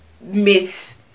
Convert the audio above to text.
myth